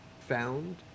found